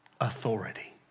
authority